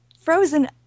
frozen